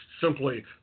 simply